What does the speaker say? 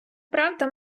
правда